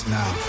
now